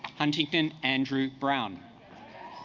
huntington andrew brown